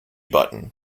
button